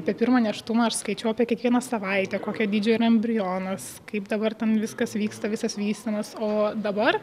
apie pirmą nėštumą aš skaičiau apie kiekvieną savaitę kokio dydžio yra embrionas kaip dabar ten viskas vyksta visas vystymas o dabar